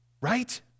Right